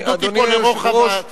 ההתנגדות היא פה לרוחב הכיסאות.